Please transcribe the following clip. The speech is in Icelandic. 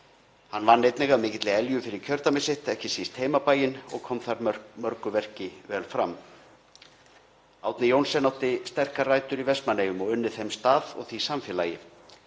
Hann vann einnig af mikilli elju fyrir kjördæmi sitt, ekki síst heimabæinn, og kom þar mörgu verki vel fram. Árni Johnsen átti sterkar rætur í Vestmannaeyjum og unni þeim stað og því samfélagi.